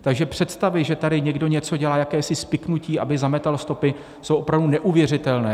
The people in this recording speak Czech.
Takže představy, že tady někdo něco dělá, jakési spiknutí, aby zametal stopy, jsou opravdu neuvěřitelné.